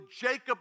Jacob